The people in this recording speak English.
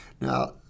now